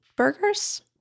burgers